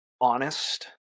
Honest